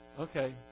Okay